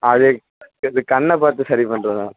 அது இது கண்ணை பார்த்து சரி பண்ணுறதுதான்